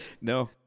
No